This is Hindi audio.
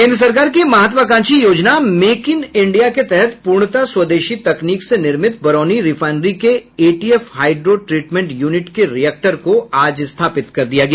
केन्द्र सरकार की महत्वाकांक्षी योजना मेक इन इंडिया के तहत पूर्णतः स्वदेशी तकनीक से निर्मित बरौनी रिफाईनरी के एटीएफ हाईड्रो ट्रीटमेंट यूनिट के रिएक्टर को आज स्थापित कर दिया गया